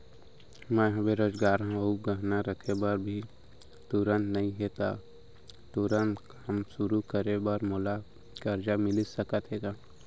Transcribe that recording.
मैं ह बेरोजगार हव अऊ गहना रखे बर भी तुरंत नई हे ता तुरंत काम शुरू करे बर मोला करजा मिलिस सकत हे का?